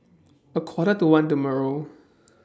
A Quarter to one tomorrow